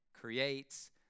creates